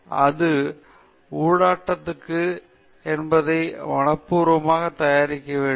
எனவே அது ஊடாடத்தக்கது என்பதை மனப்பூர்வமாக தயாரிக்க வேண்டும்